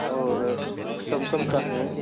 और सैमसम का है